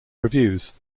reviews